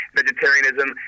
vegetarianism